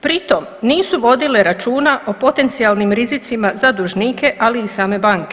Pri tom nisu vodile računa o potencijalnim rizicima za dužnike, ali i same banke.